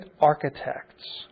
architects